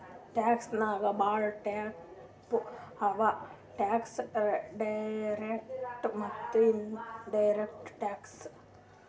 tax ನಾಗ್ ಭಾಳ type ಅವಾ ಟ್ಯಾಕ್ಸ್ ಡೈರೆಕ್ಟ್ ಮತ್ತ ಇನಡೈರೆಕ್ಟ್ ಟ್ಯಾಕ್ಸ್